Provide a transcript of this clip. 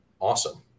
Awesome